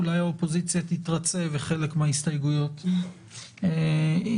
אולי האופוזיציה תתרצה וחלק מההסתייגויות יימשכו.